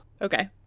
Okay